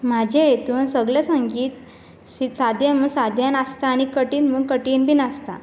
म्हाजे हेतून सगले संगीत सी सादें म्हणून सादें नासता आनी कठीण म्हणून कठीण बी नासता